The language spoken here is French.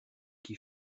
qui